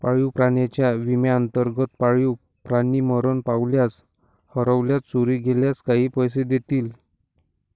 पाळीव प्राण्यांच्या विम्याअंतर्गत, पाळीव प्राणी मरण पावल्यास, हरवल्यास, चोरी गेल्यास काही पैसे देतील